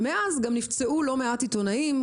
ומאז גם נפצעו לא מעט עיתונאים,